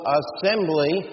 assembly